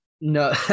No